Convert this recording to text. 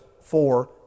four